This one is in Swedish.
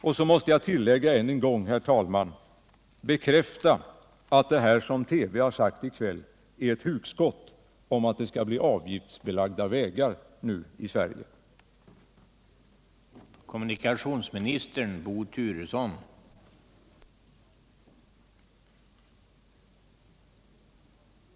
Sedan måste jag, herr talman, än en gång tillägga: Bekräfta, Bo Turesson, att det som sagts i TV i kväll om att det nu skall bli avgiftsbelagda vägar i Sverige bara är ett hugskout.